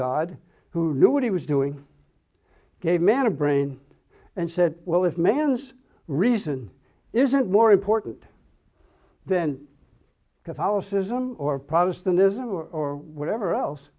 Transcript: god who knew what he was doing gave man a brain and said well if man's reason isn't more important than catholicism or protestantism or whatever else